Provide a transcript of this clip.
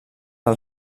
del